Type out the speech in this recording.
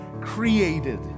created